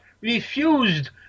refused